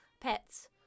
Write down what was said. pets